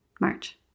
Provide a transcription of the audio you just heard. March